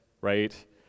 right